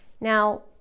Now